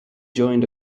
joined